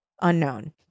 Unknown